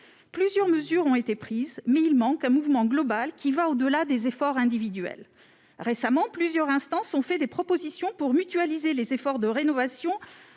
Plusieurs mesures ont été prises, mais il manque un mouvement global allant au-delà des efforts individuels. Récemment, plusieurs instances ont fait des propositions pour mutualiser les efforts de rénovation